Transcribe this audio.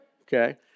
Okay